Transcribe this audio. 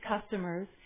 customers